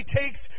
takes